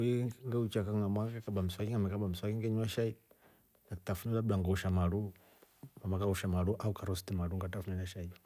Ngeuchia kang'ama ngakaba mswaki, ngamekaba mwaski ngenywa kashai na kitafunio labada ngaosha maru ntameosha maru nkarosti maru ngatafunia na shai.